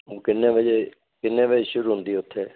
ਉਹ ਕਿੰਨੇ ਵਜੇ ਕਿੰਨੇ ਵਜੇ ਸ਼ੁਰੂ ਹੁੰਦੀ ਉੱਥੇ